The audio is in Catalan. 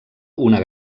una